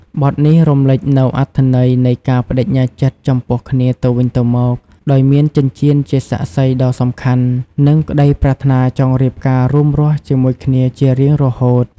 បទនេះរំលេចនូវអត្ថន័យនៃការប្តេជ្ញាចិត្តចំពោះគ្នាទៅវិញទៅមក ដោយមានចិញ្ចៀនជាសាក្សីដ៏សំខាន់ និងក្តីប្រាថ្នាចង់រៀបការរួមរស់ជាមួយគ្នាជារៀងរហូត។